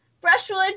Brushwood